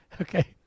Okay